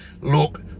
look